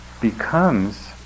becomes